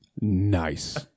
Nice